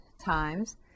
times